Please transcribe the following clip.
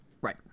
Right